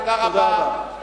תודה רבה.